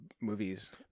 movies